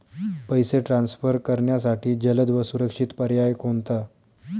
पैसे ट्रान्सफर करण्यासाठी जलद व सुरक्षित पर्याय कोणता?